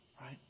right